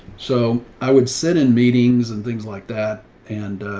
so i would sit in meetings and things like that. and,